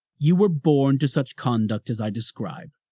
you were born to such conduct as i describe,